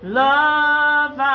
love